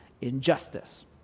injustice